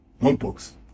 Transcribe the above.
notebooks